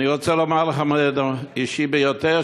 אני רוצה לומר לך מידע אישי ביותר,